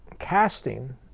Casting